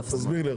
תסביר לי.